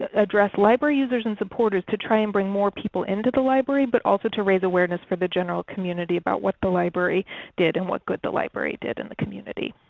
ah address library users and supporters to try and bring more people into the library, but also to raise awareness for the general community about what the library did, and what good the library did in the community.